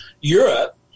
Europe